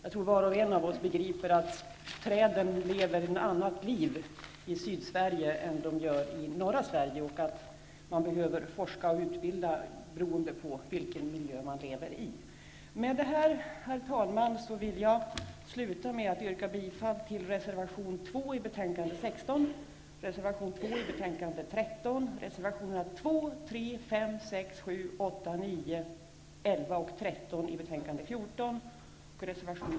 Jag tror att var och en av oss begriper att träden lever ett annat liv i Sydsverige än de gör i norra Sverige och att man behöver forska och utbilda beroende på vilken miljö man lever i. Med det här, herr talman, vill jag sluta med att yrka bifall till reservation 2 i betänkande 16, reservation